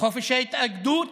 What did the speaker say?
חופש ההתאגדות,